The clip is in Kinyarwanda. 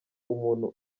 umuntu